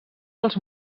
dels